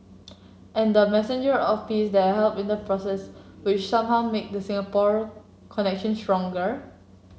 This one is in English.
and the messenger of peace that helped in the process which somehow make the Singapore connection stronger